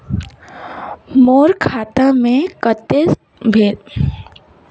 मोर खाता मे कतेक बैलेंस हे?